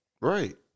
right